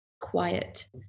quiet